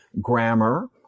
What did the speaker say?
grammar